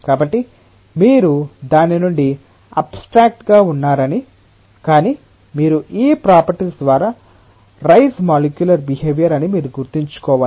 కాబట్టి మీరు దాని నుండి అబ్స్ట్రాక్ట్ గా ఉన్నారని కానీ మీరు ఈ ప్రాపర్టీస్ ద్వార రైజ్ మాలిక్యూలర్ బిహేవియర్ అని మీరు గుర్తుంచుకోవాలి